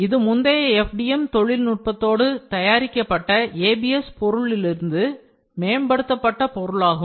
இது முந்தைய FDM நுட்பத்துக்கு தயாரிக்கப்பட்ட ABS பொருளிலிருந்து மேம்படுத்தப்பட்ட பொருளாகும்